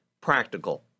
practical